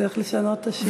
צריך לשנות את השיר.